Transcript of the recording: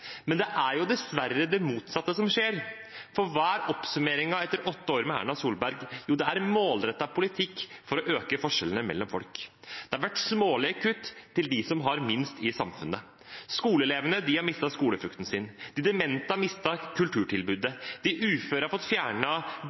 Men det er dessverre det motsatte som skjer. For hva er oppsummeringen etter åtte år med Erna Solberg? Jo, det er en målrettet politikk for å øke forskjellene mellom folk. Det har vært smålige kutt til dem som har minst i samfunnet. Skoleelevene har mistet skolefrukten sin. De demente har mistet kulturtilbudet. De uføre har fått